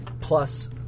plus